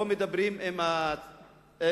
לא מדברים עם "חמאס",